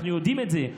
אנחנו יודעים את זה.